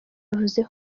yavuze